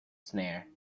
snare